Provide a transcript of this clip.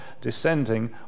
descending